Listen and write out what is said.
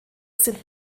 sind